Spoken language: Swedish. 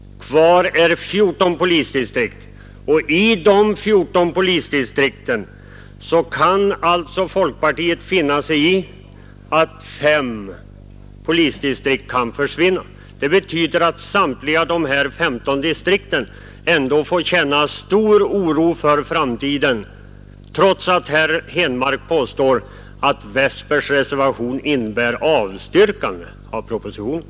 Kvar är 15 polisdistrikt, och folkpartiet kan alltså finna sig i att fem av de polisdistrikten kan försvinna. Det betyder att samtliga dessa distrikt får känna oro för framtiden, trots att herr Henmark påstår att herr Westbergs reservation innebär avstyrkande av propositionen.